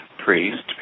priest